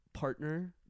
partner